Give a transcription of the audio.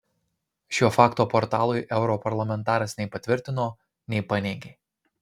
šio fakto portalui europarlamentaras nei patvirtino nei paneigė